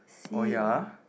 see it what